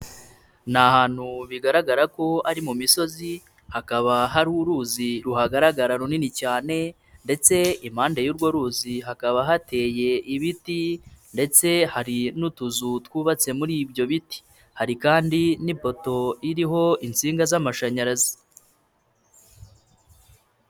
Ni ahantu bigaragara ko ari mu misozi, hakaba hari uruzi ruhagaragara runini cyane ndetse impande y'urwo ruzi hakaba hateye ibiti ndetse hari n'utuzu twubatse muri ibyo biti, hari kandi n'ipoto iriho insinga z'amashanyarazi.